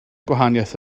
gwahaniaeth